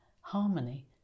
harmony